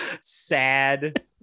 sad